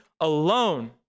alone